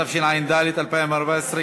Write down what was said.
התשע"ד 2014,